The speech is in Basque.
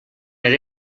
ere